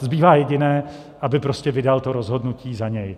Zbývá jediné: aby prostě vydal to rozhodnutí za něj.